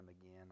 again